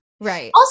Right